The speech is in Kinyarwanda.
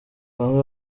bamwe